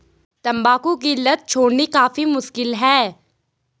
तंबाकू की लत छोड़नी काफी मुश्किल है